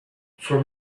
from